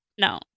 No